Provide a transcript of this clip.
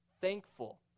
thankful